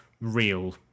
real